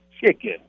chicken